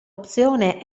opzione